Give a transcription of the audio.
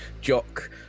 jock